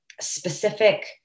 specific